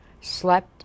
slept